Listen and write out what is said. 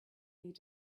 made